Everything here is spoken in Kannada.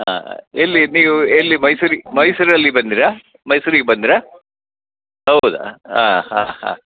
ಹಾಂ ಎಲ್ಲಿ ನೀವು ಎಲ್ಲಿ ಮೈಸೂರಿಗೆ ಮೈಸೂರಲ್ಲಿ ಬಂದಿರಾ ಮೈಸೂರಿಗೆ ಬಂದಿರಾ ಹೌದಾ ಹಾಂ ಹಾಂ ಹಾಂ